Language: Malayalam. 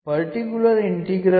particular integral